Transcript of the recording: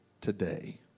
today